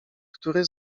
który